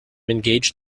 engaged